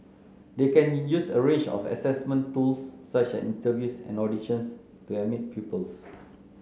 they can use a range of assessment tools such as interviews and auditions to admit pupils